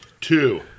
two